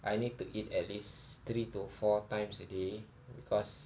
I need to eat at least three to four times a day because